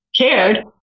cared